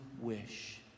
wish